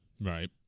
Right